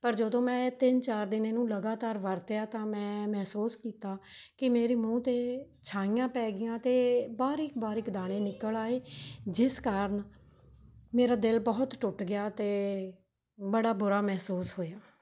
ਪਰ ਜਦੋਂ ਮੈਂ ਤਿੰਨ ਚਾਰ ਦਿਨ ਇਹਨੂੰ ਲਗਾਤਾਰ ਵਰਤਿਆ ਤਾਂ ਮੈਂ ਮਹਿਸੂਸ ਕੀਤਾ ਕਿ ਮੇਰੀ ਮੂੰਹ 'ਤੇ ਛਾਈਆਂ ਪੈ ਗਈਆਂ ਅਤੇ ਬਾਰੀਕ ਬਾਰੀਕ ਦਾਣੇ ਨਿਕਲ ਆਏ ਜਿਸ ਕਾਰਨ ਮੇਰਾ ਦਿਲ ਬਹੁਤ ਟੁੱਟ ਗਿਆ ਤੇ ਬੜਾ ਬੁਰਾ ਮਹਿਸੂਸ ਹੋਇਆ